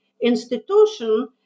institution